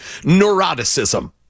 neuroticism